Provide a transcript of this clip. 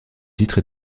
titres